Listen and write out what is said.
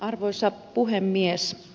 arvoisa puhemies